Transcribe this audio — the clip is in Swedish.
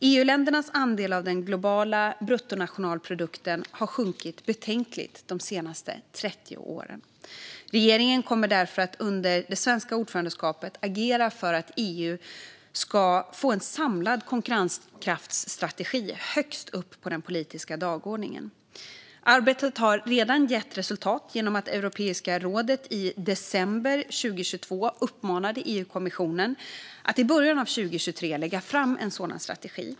EU-ländernas andel av den globala bruttonationalprodukten har sjunkit betänkligt de senaste 30 åren. Regeringen kommer därför att under det svenska ordförandeskapet agera för att EU ska få en samlad konkurrenskraftsstrategi högst upp på den politiska dagordningen. Arbetet har redan gett resultat genom att Europeiska rådet i december 2022 uppmanade EU-kommissionen att i början av 2023 lägga fram en sådan strategi.